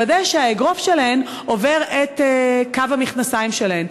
לוודא שהאגרוף שלהן עובר את קו המכנסיים שלהן.